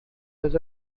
has